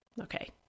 Okay